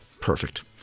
Perfect